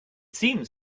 seems